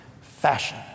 Fashion